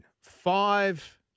five